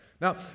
Now